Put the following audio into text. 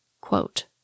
quote